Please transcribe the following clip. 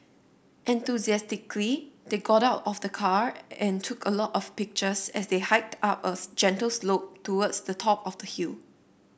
enthusiastically they got out of the car and took a lot of pictures as they hiked up as gentle slope towards the top of the hill